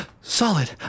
Solid